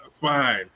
fine